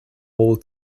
all